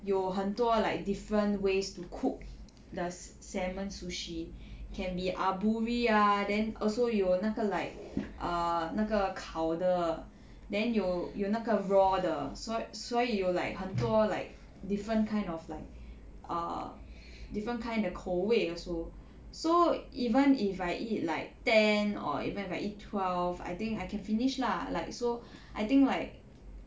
有很多 like different ways to cook the salmon sushi can be aburi ah then also 有那个 like err 那个烤的 then 有有那个 raw 的所所以有 like 很多 like different kind of like err different kind of 口味 also so even if I eat like ten or even if I eat twelve I think I can finish lah like so I think like